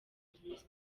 restaurant